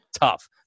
tough